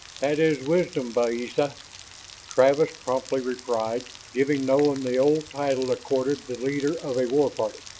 that is wisdom, ba'is'a, travis promptly replied, giving nolan the old title accorded the leader of a war party.